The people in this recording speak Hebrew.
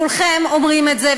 כולכם אומרים את זה,